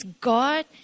God